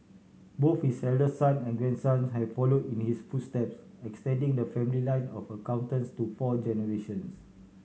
both his eldest son and grandson have followed in his footsteps extending the family line of accountants to four generations